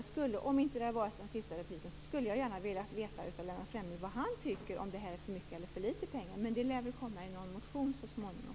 Om detta inte hade varit den sista repliken skulle jag gärna ha velat veta vad Lennart Fremling tycker. Är detta för mycket eller för litet pengar? Men det svaret lär väl komma i någon motion så småningom.